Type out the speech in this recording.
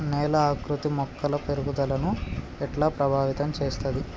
నేల ఆకృతి మొక్కల పెరుగుదలను ఎట్లా ప్రభావితం చేస్తది?